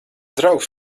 draugs